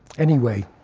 anyway,